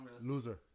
Loser